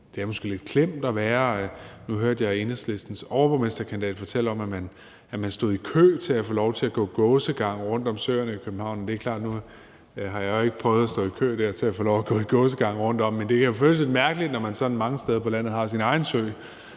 det er måske lidt klemt at være i byerne. Nu hørte jeg Enhedslistens overborgmesterkandidat fortælle om, at man stod i kø til at få lov til at gå i gåsegang rundt om søerne i København. Nu har jeg jo ikke prøvet at stå i kø til at få lov til at gå i gåsegang rundt om søerne, men det kan føles lidt mærkeligt, når man mange steder på landet har sin egen sø,